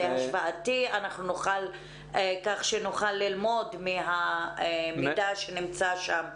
זה השוואתי, כך שנוכל ללמוד מהמידע שנמצא שם.